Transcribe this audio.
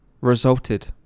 resulted